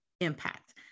impact